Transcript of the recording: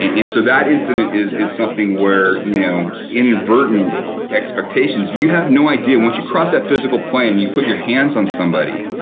and so that incident is is something where you know inadvertent expectations. you have no idea once you cross that physical plane, and you put your hands on somebody,